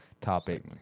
topic